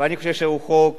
ואני חושב שהוא חוק